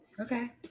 Okay